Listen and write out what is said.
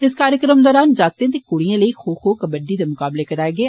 इस कार्यक्रम दौरान जागतें ते कुड़िएं लेई 'खौ खौ' कब्बड्डी दे मुकाबले करोआए गे